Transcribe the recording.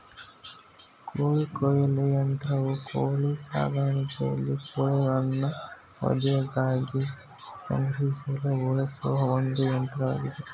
ಕೋಳಿ ಕೊಯ್ಲು ಯಂತ್ರವು ಕೋಳಿ ಸಾಕಾಣಿಕೆಯಲ್ಲಿ ಕೋಳಿಗಳನ್ನು ವಧೆಗಾಗಿ ಸಂಗ್ರಹಿಸಲು ಬಳಸುವ ಒಂದು ಯಂತ್ರವಾಗಿದೆ